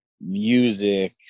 music